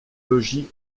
logis